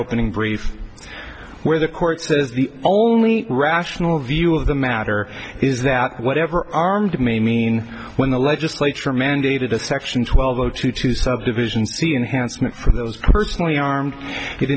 opening brief where the court says the only rational view of the matter is that whatever armed may mean when the legislature mandated a section twelve zero two two subdivisions the enhanced meant for those personally armed